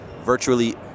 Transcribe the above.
virtually